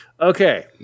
okay